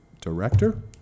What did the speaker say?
director